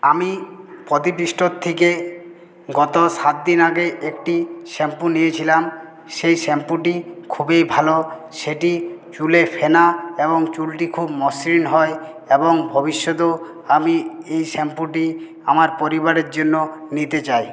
আমি প্রদীপ স্টোর থেকে গত সাতদিন আগে একটি শ্যাম্পু নিয়েছিলাম সেই শ্যাম্পুটি খুবই ভালো সেটি চুলে ফেনা এবং চুলটি খুব মসৃণ হয় এবং ভবিষ্যতেও আমি এই শ্যাম্পুটি আমার পরিবারের জন্য নিতে চাই